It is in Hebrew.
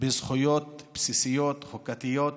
בזכויות בסיסיות חוקתיות: